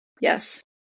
Yes